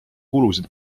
kulusid